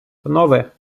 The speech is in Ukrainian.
панове